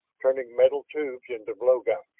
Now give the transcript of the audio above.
turning metal tubes into blow-guns.